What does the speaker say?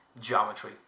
geometry